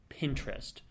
Pinterest